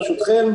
ברשותכם,